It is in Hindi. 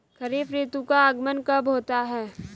खरीफ ऋतु का आगमन कब होता है?